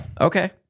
Okay